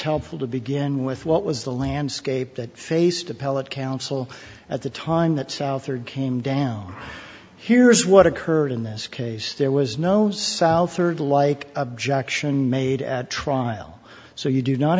helpful to begin with what was the landscape that faced appellate counsel at the time that southard came down here's what occurred in this case there was no southard like objection made at trial so you do not